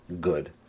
good